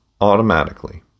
automatically